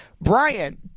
Brian